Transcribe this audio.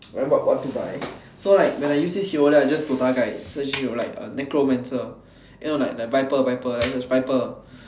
like what what to buy so like when I use this hero then I just DOTA guide so change to like necromancer and you know like viper like just viper